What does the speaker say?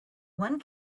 one